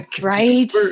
Right